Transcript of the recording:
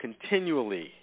continually